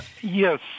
Yes